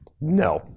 No